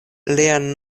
lian